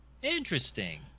Interesting